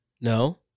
No